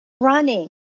running